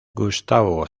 gustavo